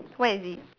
where is it